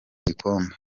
igikombe